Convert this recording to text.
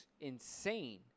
insane